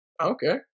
okay